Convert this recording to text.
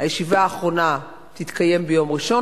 הישיבה האחרונה תתקיים ביום ראשון,